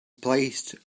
placed